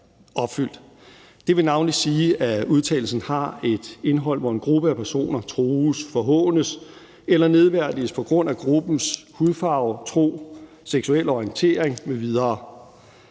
Det vil navnlig sige, at udtalelsen har et indhold, hvor en gruppe af personer trues, forhånes eller nedværdiges på grund af gruppens hudfarve, tro, seksuelle orientering m.v.